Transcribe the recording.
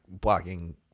blocking